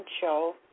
show